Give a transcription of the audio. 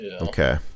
Okay